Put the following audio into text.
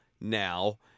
now